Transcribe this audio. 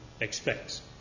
expects